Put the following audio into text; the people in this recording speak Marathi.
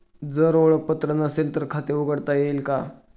जर ओळखपत्र नसेल तर खाते उघडता येईल का?